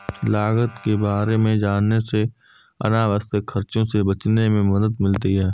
लागत के बारे में जानने से अनावश्यक खर्चों से बचने में मदद मिलती है